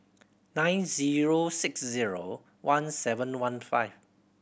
nine zero six zero one seven one five